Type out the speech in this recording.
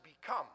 become